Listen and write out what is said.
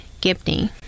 Gibney